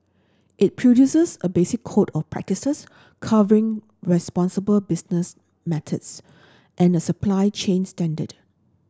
it produces a basic code of practices covering responsible business methods and a supply chain standard